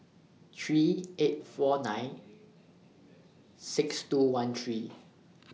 three eight four nine six two one three